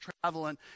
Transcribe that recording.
traveling